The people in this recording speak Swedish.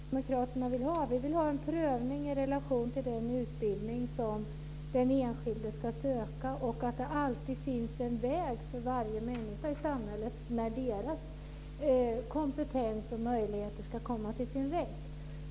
Herr talman! Det är just det som kristdemokraterna vill ha. Vi vill ha en prövning i relation till den utbildning som den enskilde ska söka. Det ska alltid finns en väg för varje människa i samhället för att kompetens och möjligheter ska komma till sin rätt.